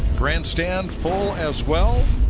grand stand full as well